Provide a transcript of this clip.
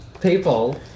people